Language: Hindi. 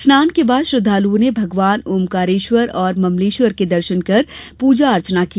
स्नान के बाद श्रद्धालुओं ने भगवान ओंकारेश्वर और ममलेश्वर के दर्शन कर पूजा अर्चना की